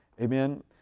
Amen